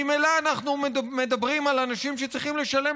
ממילא אנחנו מדברים על אנשים שצריכים לשלם